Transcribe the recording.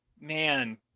man